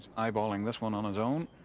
eyeballing this one on his own.